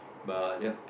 but ya